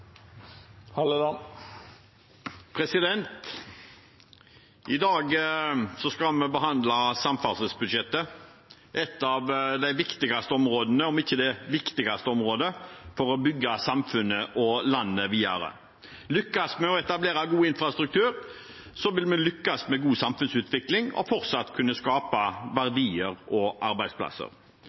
behandle samferdselsbudsjettet, et av de viktigste områdene, om ikke det viktigste området, for å bygge samfunnet og landet videre. Lykkes vi med å etablere god infrastruktur, vil vi lykkes med god samfunnsutvikling og fortsatt kunne skape verdier og arbeidsplasser.